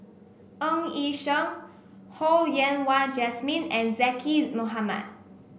Ng Yi Sheng Ho Yen Wah Jesmine and Zaqy Mohamad